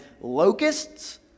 locusts